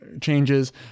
changes